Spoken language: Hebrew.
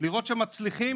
לראות שמצליחים,